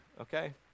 okay